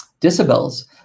Decibels